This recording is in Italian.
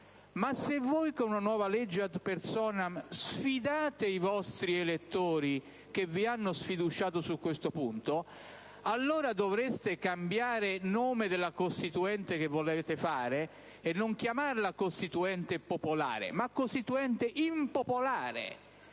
Ma se voi, con la nuova legge *ad personam*, sfidate i vostri elettori, che vi hanno sfiduciato su questo punto, allora dovreste cambiare il nome della Costituente che volete fare, e non chiamarla Costituente popolare, bensì Costituente impopolare.